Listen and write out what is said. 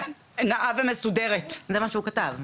"נאה ומסודרת", זה מה שהוא כתב.